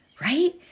right